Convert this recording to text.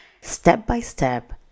step-by-step